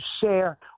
share